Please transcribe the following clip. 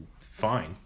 fine